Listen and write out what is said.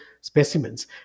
specimens